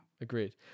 Agreed